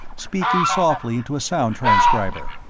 speaking softly into a sound transcriber.